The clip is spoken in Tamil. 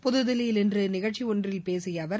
புதுதில்லியில் இன்று நிகழ்ச்சி ஒன்றில் பேசிய அவர்